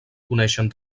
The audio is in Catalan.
coneixen